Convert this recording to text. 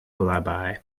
alibi